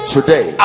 Today